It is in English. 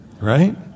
Right